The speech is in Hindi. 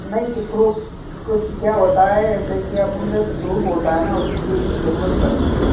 नहीं तो प्रूप कुछ क्या होता है जैसे कि अपन को प्रूफ़ होता हे ना तो उसके लिए ज़रूरत पड़ती है